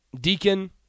Deacon